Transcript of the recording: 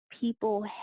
people